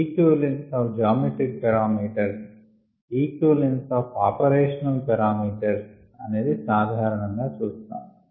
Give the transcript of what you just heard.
equivalence of geometric parameters equivalence of operational parameters అనేది సాధారణం గా చూస్తాము